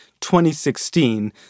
2016